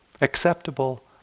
acceptable